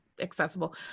accessible